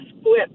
split